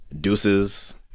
Deuces